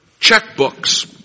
checkbooks